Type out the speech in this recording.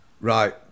Right